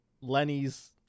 Lenny's